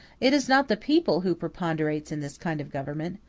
it is not the people who preponderates in this kind of government,